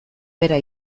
bera